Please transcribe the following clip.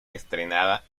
estrenada